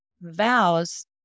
vows